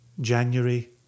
January